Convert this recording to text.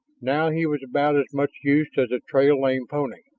now he was about as much use as a trail-lame pony.